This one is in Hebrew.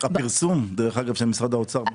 הפרסום, דרך אגב, של משרד האוצר.